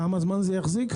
כמה זמן זה יחזיק?